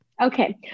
Okay